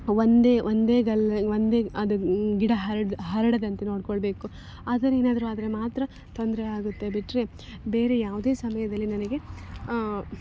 ಒಂದೇ ಒಂದೇ ಒಂದೇ ಅದು ಗಿಡ ಹರಡು ಹರಡದಂತೆ ನೋಡಿಕೊಳ್ಬೇಕು ಆ ಥರ ಏನಾದರೂ ಆದರೆ ಮಾತ್ರ ತೊಂದರೆ ಆಗುತ್ತೆ ಬಿಟ್ಟರೆ ಬೇರೆ ಯಾವುದೇ ಸಮಯದಲ್ಲಿ ನನಗೆ